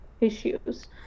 issues